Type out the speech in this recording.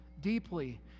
deeply